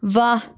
वाह